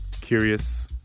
Curious